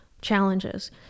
challenges